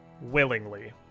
willingly